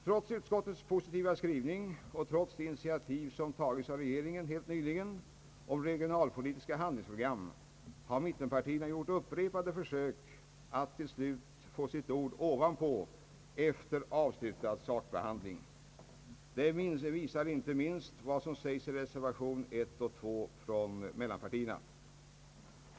Trots utskottets positiva skrivning och trots de initiativ som tagits av regeringen helt nyligen om regionalpolitiska handlingsprogram har mittenpartierna gjort upprepade försök att till slut få sitt ord ovanpå — efter avslutad sakbehandling. Det visar inte minst vad som sägs i reservationerna 1 och 2 från mittenpartierna.